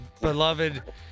beloved